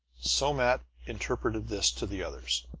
somat interpreted this to the others.